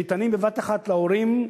שניתנים בבת-אחת להורים,